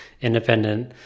independent